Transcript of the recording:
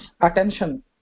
attention